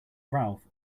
ralph